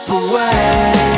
away